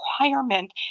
requirement